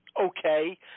okay